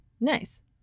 Nice